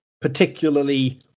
particularly